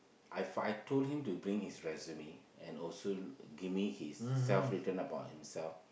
I've I told him to bring his resume and also give me his self written about himself